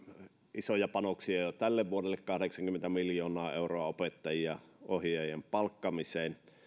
isoja panoksia jo tälle vuodelle kahdeksankymmentä miljoonaa euroa opettajien ja ohjaajien palkkaamiseen